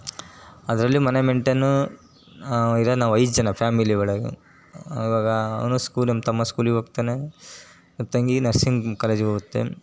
ಅದರಲ್ಲಿ ಮನೆ ಮೆಂಟೇನು ಇರದು ನಾವು ಐದು ಜನ ಫ್ಯಾಮಿಲಿ ಒಳಗೆ ಅವಾಗ ಅವನು ಸ್ಕೂಲ್ ನಮ್ಮ ತಮ್ಮ ಸ್ಕೂಲಿಗೆ ಹೋಗ್ತಾನೆ ನಮ್ಮ ತಂಗಿ ನರ್ಸಿಂಗ್ ಕಾಲೇಜಿಗೆ ಹೋಗುತ್ತೆ